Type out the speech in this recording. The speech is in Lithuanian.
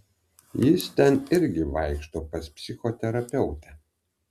jis ten irgi vaikšto pas psichoterapeutę